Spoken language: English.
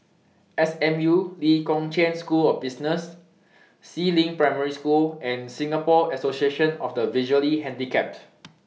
S M U Lee Kong Chian School of Business Si Ling Primary School and Singapore Association of The Visually Handicapped